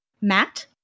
Matt